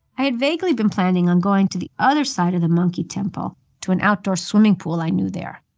i had vaguely been planning on going to the other side of the monkey temple to an outdoor swimming pool i knew there.